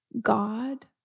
God